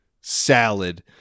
salad